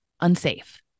unsafe